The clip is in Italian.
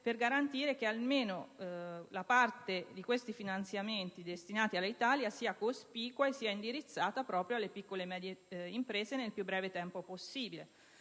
per garantire che almeno la parte di questi finanziamenti destinati all'Italia sia cospicua e sia indirizzata proprio alle piccole e medie imprese nel più breve tempo possibile.